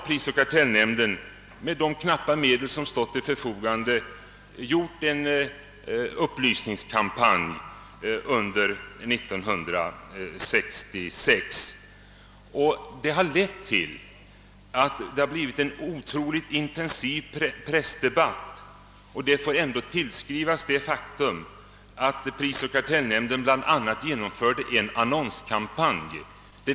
Prisoch kartellnämnden har med de knappa medel som stått till förfogande genomfört en uppmärksammad upplysningskampanj under år 1966 som har lett till en otroligt intensiv pressdebatt. Denna aktivitet är en följd av att prisoch kartellnämnden bl.a. genomförde en annonskampanj.